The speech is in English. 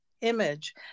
image